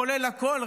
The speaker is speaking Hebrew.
כולל הכול,